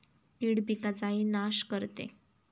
कीड पिकाचाही नाश करते